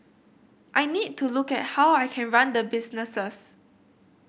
I need to look at how I can run the businesses